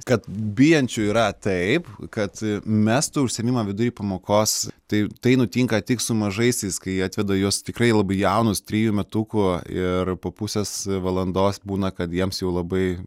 kad bijančių yra taip kad mestų užsiėmimą vidury pamokos tai tai nutinka tik su mažaisiais kai atveda juos tikrai labai jaunus tryjų metukų ir po pusės valandos būna kad jiems jau labai